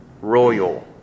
royal